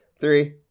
Three